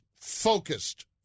focused